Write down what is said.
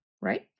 right